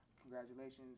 congratulations